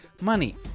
money